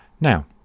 Now